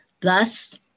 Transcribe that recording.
Thus